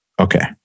Okay